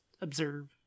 observe